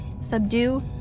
subdue